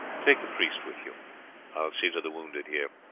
take the priest with you i will see to the wounded here.